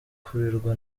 kurerwa